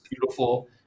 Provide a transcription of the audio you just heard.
beautiful